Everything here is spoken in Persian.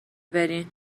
برین